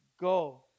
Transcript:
go